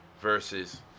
versus